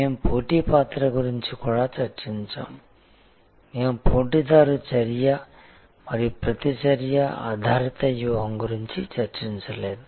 మేము పోటీ పాత్ర గురించి కూడా చర్చించాము మేము పోటీదారు చర్య మరియు ప్రతిచర్య ఆధారిత వ్యూహం గురించి చర్చించలేదు